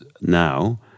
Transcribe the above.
now